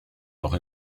noch